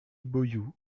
boyoud